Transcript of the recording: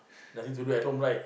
nothing to do at home right